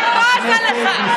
אני בזה לך.